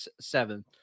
seven